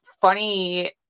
funny